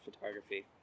photography